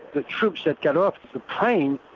the troops that got off the plane,